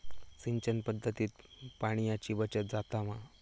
सिंचन पध्दतीत पाणयाची बचत जाता मा?